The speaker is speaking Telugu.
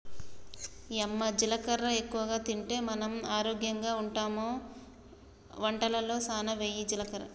యమ్మ జీలకర్ర ఎక్కువగా తింటే మనం ఆరోగ్యంగా ఉంటామె వంటలలో సానా వెయ్యి జీలకర్ర